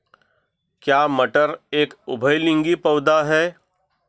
क्या मटर एक उभयलिंगी पौधा है?